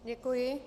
Děkuji.